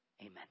Amen